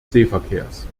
seeverkehrs